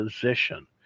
position